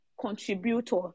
contributor